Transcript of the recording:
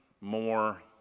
more